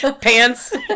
pants